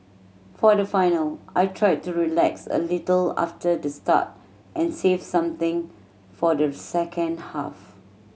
for the final I tried to relax a little after the start and save something for the second half